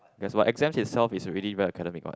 yes but exams itself is already very academic what